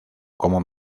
como